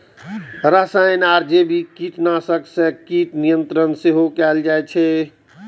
रसायन आ जैविक कीटनाशक सं कीट नियंत्रण सेहो कैल जाइ छै